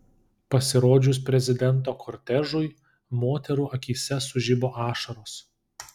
pasirodžius prezidento kortežui moterų akyse sužibo ašaros